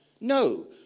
No